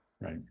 right